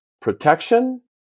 Protection